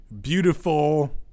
beautiful